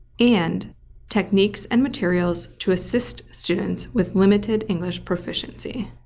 and techniques and materials to assist students with limited english proficiency.